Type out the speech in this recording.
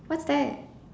what type